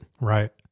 Right